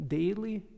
daily